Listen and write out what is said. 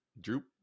Droop